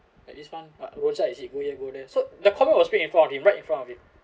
like this one ah rojak is it go here go there so the comment was speak in front of him right in front of him